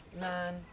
Man